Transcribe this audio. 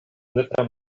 nepra